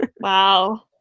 Wow